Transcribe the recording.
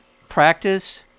practice